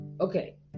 Okay